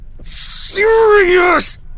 serious